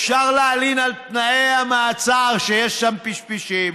אפשר להלין על תנאי המעצר, שיש שם פשפשים,